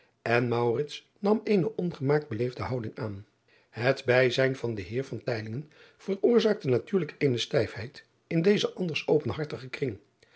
en nam eene ongemaakt beleefde houding aan et bijzijn van den eer veroorzaakte natuurlijk eene stijfheid in dezen anders openhartigen kring